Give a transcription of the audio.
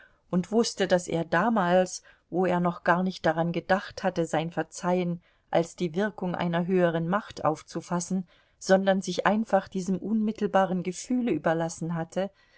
und wußte daß er damals wo er noch gar nicht daran gedacht hatte sein verzeihen als die wirkung einer höheren macht aufzufassen sondern sich einfach diesem unmittelbaren gefühle überlassen hatte